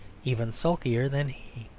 even sulkier than he.